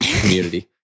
community